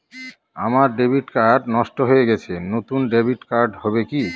আমার debit card নষ্ট হয়ে গেছে নূতন ডেবিট কার্ড হবে কি?